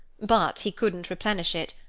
but he couldn't replenish it,